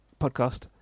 podcast